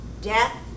death